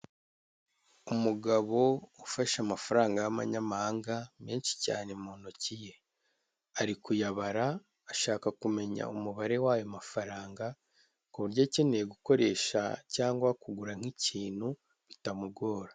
Umugabo ufashe amafaranga y'amanyamahanga menshi cyane mu ntoki ye, ari kuyabara ashaka kumenya umubare w'ayo mafaranga, ku buryo akeneye gukoresha cyangwa kugura nk'ikintu ki bitamugora.